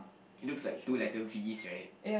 it looks like two letter V right